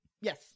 Yes